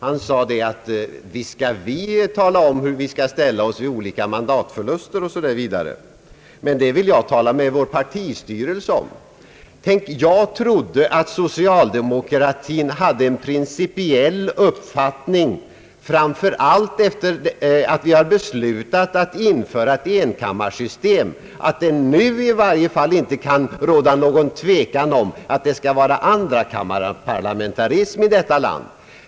Han sade att »visst skall vi tala om hur vi skall ställa oss vid olika mandatförluster osv., men det vill jag tala med vår partistyrelse om». Tänk, jag trodde att socialdemokratin hade en principiell uppfattning, framför allt då vi har beslutat att införa enkammarsystem, att det nu i varje fall inte kan råda någon tvekan om att det skall vara andrakammarparlamentarism i detta land.